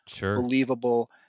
believable